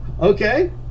okay